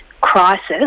crisis